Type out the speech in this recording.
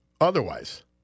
otherwise